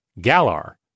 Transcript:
Galar